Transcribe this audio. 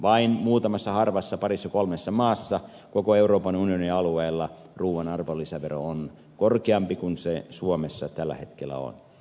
vain muutamassa harvassa parissa kolmessa maassa koko euroopan unionin alueella ruuan arvonlisävero on korkeampi kuin se suomessa tällä hetkellä on